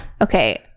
Okay